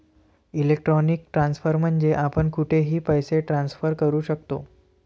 electronic transfer म्हणजे आपण कुठेही पैसे ट्रान्सफर करू शकतो